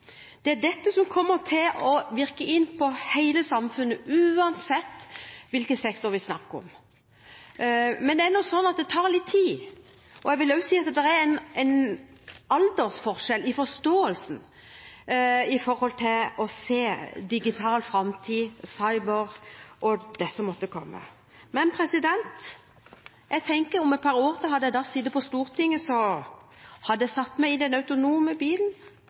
Det er dette som kommer til å virke inn på hele samfunnet uansett hvilken sektor vi snakker om. Men det er nå sånn at det tar litt tid, og jeg vil også si at det er en aldersforskjell i forståelsen av å se digital framtid, cyber og det som måtte komme. Men jeg tenker at om et par år – hadde jeg da sittet på Stortinget – hadde jeg satt meg i den autonome bilen